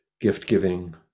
gift-giving